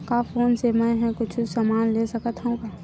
का फोन से मै हे कुछु समान ले सकत हाव का?